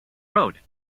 road